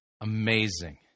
amazing